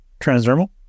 transdermal